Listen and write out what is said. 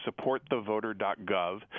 supportthevoter.gov